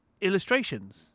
illustrations